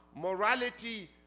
morality